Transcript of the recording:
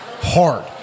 hard